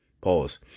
Pause